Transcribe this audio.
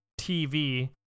TV